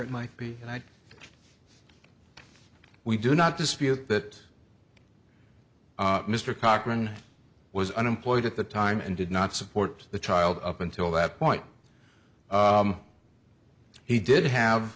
it might be and i we do not dispute that mr cochran was unemployed at the time and did not support the child up until that point he did have